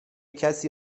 کسی